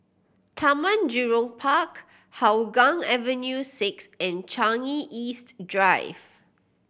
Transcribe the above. Taman Jurong Park Hougang Avenue Six and Changi East Drive